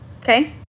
okay